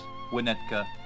Winnetka